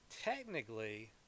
technically